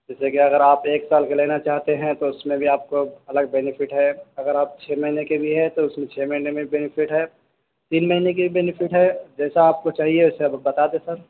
جیسا کہ اگر آپ ایک سال کا لینا چاہتے ہیں تو اس میں بھی آپ کو الگ بینیفٹ ہے اگر آپ چھ مہینے کے لیے ہے تو اس میں چھ مہینے میں بینیفٹ ہے تین مہینے کے بھی بینیفٹ ہے جیسا آپ کو چاہیے ویسا بتا دیں سر